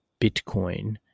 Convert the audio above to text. Bitcoin